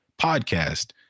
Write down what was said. podcast